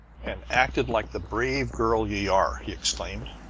and acted like the brave girl ye are! he exclaimed,